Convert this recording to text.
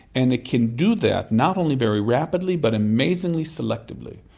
and it can do that not only very rapidly but amazingly selectively.